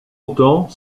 autant